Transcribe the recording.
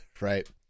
right